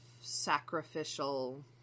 sacrificial